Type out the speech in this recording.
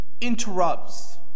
interrupts